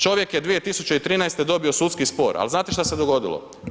Čovjek je 2013. dobio sudski spor, ali znate šta se dogodilo?